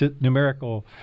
numerical